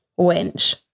wench